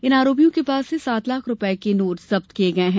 इन आरोपियों के पास से सात लाख रूपये के नोट जब्त किये गये है